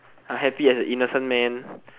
happy as a innocent man